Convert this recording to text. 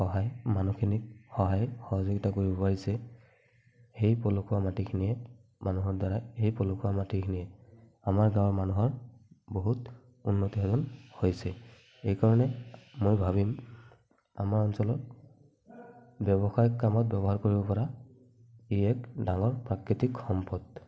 সহায় মানুহখিনিক সহায় সহযোগিতা কৰিব আহিছে সেই পলসুৱা মাটিখিনিয়ে মানুহৰ দ্বাৰা সেই পলসুৱা মাটিখিনিত আমাৰ গাওঁৰ মানুহৰ বহুত উন্নতি সাধন হৈছে সেইকাৰণে মই ভাবিম আমাৰ অঞ্চলত ব্যৱসায়িক কামত ব্যৱহাৰ কৰিব পৰা ই এক ডাঙৰ প্ৰাকৃতিক সম্পদ